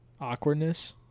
Awkwardness